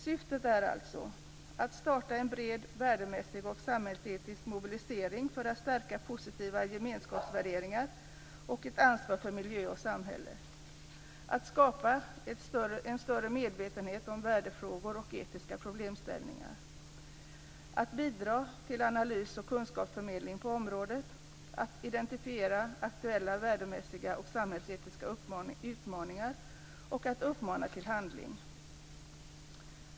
Syftet är alltså · att starta en bred värdemässig och samhällsetisk mobilisering för att stärka positiva gemenskapsvärderingar och ett ansvar för miljön och samhället, · att skapa en större medvetenhet om värdefrågor och etiska problemställningar, · att bidra till analys och kunskapsförmedling på området, · att identifiera aktuella värdemässiga och samhällsetiska utmaningar, samt · att uppmana till handling.